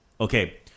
Okay